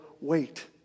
wait